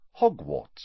Hogwarts